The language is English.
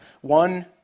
One